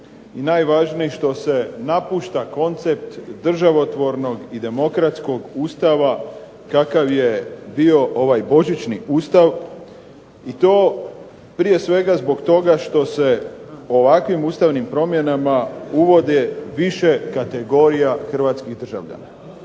najvažniji što se napušta koncept državotvornog i demokratskog Ustava kakav je bio ovaj božićni Ustav, i to prije svega zbog toga što se ovakvim ustavnim promjena uvode više kategorija hrvatskih državljana.